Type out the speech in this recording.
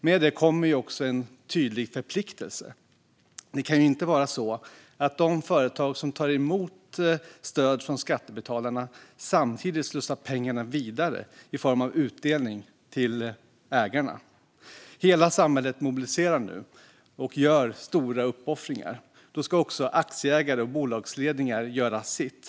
Med det kommer också en tydlig förpliktelse. Det kan inte vara så att de företag som tar emot stöd från skattebetalarna samtidigt slussar pengarna vidare i form av utdelning till ägarna. Hela samhället mobiliserar nu och gör stora uppoffringar. Då ska också aktieägare och bolagsledningar göra sitt.